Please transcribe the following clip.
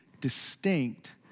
distinct